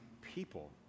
people